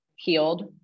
healed